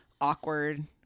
awkward